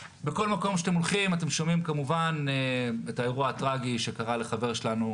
בכל מקום שאתם הולכים אתם שומעים כמובן את האירוע הטרגי שקרה לחבר שלנו,